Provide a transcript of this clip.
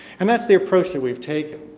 and that's the approach that we've taken.